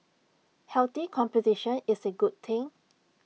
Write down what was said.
healthy competition is A good thing